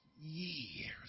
years